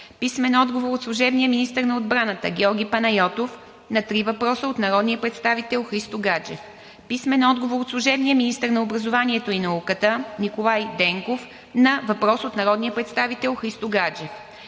Христо Гаджев; - служебния министър на отбраната Георги Панайотов на три въпроса от народния представител Христо Гаджев; - служебния министър на образованието и науката Николай Денков на въпрос от народния представител Христо Гаджев;